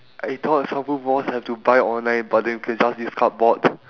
I thought soundproof walls have to buy online but they could just use cardboard